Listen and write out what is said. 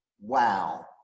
wow